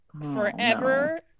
forever